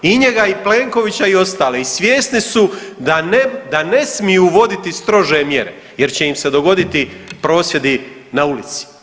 I njega i Plenkovića i ostale i svjesni su da ne smiju uvoditi strože mjere jer će im se dogoditi prosvjedi na ulici.